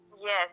Yes